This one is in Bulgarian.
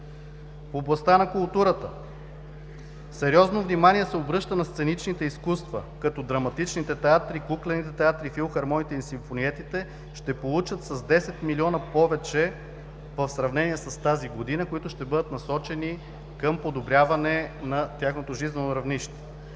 В областта на културата сериозно внимание се обръща на сценичните изкуства като драматичните театри, куклените театри, филхармониите и симфониетите ще получат с 10 млн. лв. в повече в сравнение с тази година, които ще бъдат насочени към подобряване на тяхното жизнено равнище.